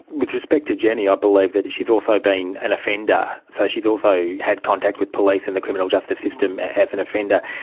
with respect to jenny, i believe that she has also been an offender, so she has also had contact with police and the criminal justice system as an offender.